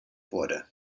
wurde